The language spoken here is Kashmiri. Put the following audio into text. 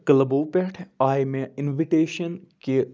کٕلبو پٮ۪ٹھ آے مےٚ اِنوِٹیشَن کہ